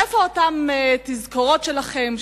איפה אותן תזכורות שלכם?